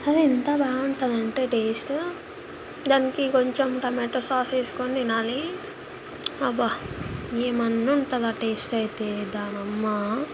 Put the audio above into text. అరే ఎంత బాగుంటదంటే టేస్టు దానికి కొంచెం టమేటోసాసేసుకొని తినాలి అబ్బా ఏమన్నుంటదా టేస్టయితే దానమ్మా